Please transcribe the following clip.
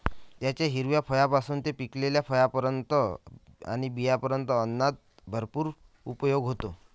त्याच्या हिरव्या फळांपासून ते पिकलेल्या फळांपर्यंत आणि बियांपर्यंत अन्नात भरपूर उपयोग होतो